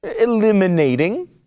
eliminating